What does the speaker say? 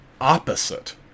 opposite